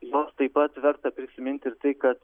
jos taip pat verta prisiminti ir tai kad